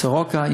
בסורוקה.